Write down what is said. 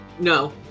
no